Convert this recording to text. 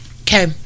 Okay